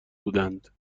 بودند